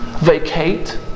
vacate